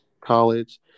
college